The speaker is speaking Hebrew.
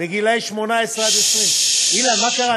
בגילי 18 20, אילן, מה קרה?